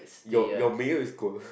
your your mirror is cold